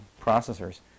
processors